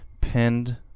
pinned